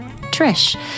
Trish